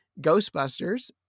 Ghostbusters